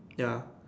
ya